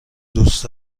دوست